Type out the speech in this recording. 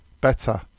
better